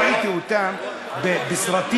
ראיתי אותן בסרטים,